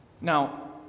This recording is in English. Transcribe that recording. Now